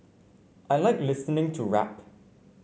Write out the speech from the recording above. I like listening to rap